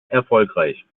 erfolgreich